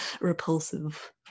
repulsive